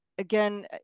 Again